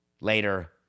later